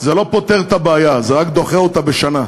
זה לא פותר את הבעיה, זה רק דוחה אותה בשנה,